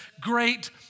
great